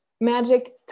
magic